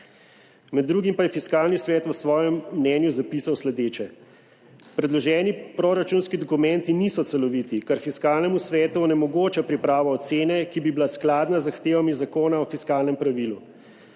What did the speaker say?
Med drugim pa je Fiskalni svet v svojem mnenju zapisal sledeče: »Predloženi proračunski dokumenti niso celoviti, kar Fiskalnemu svetu onemogoča pripravo ocene, ki bi bila skladna z zahtevami Zakona o fiskalnem pravilu.